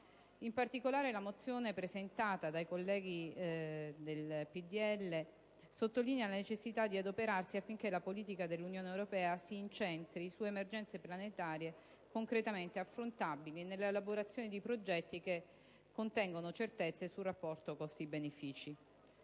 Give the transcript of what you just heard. In particolare, la mozione presentata dai colleghi del Popolo della Libertà sottolinea la necessità di adoperarsi affinché la politica dell'Unione europea si incentri su emergenze planetarie concretamente affrontabili e nell'elaborazione di progetti che contengano certezze sul rapporto costi-benefìci.